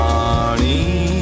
Money